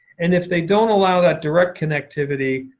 and if they don't allow that direct connectivity,